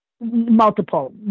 Multiple